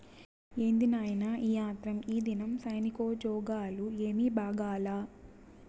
ఏంది నాయినా ఈ ఆత్రం, ఈదినం సైనికోజ్జోగాలు ఏమీ బాగాలా